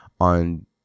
on